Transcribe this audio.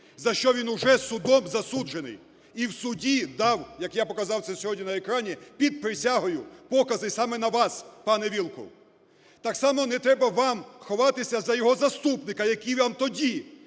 за що він уже судом засуджений і в суді дав, як я показав це сьогодні на екрані, під присягою покази саме на вас, пане Вілкул. Так само не треба вам ховатися за його заступника, який вам тоді,